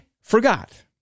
forgot